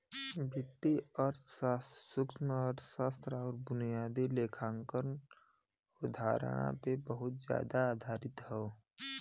वित्तीय अर्थशास्त्र सूक्ष्मअर्थशास्त्र आउर बुनियादी लेखांकन अवधारणा पे बहुत जादा आधारित हौ